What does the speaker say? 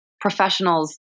professionals